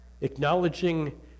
Acknowledging